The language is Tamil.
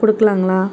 கொடுக்கலாங்களா